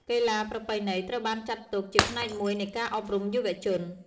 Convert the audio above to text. កីឡាប្រពៃណី ត្រូវបានចាត់ទុកជាផ្នែកមួយនៃការអប់រំយុវជន។